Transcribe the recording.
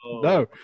No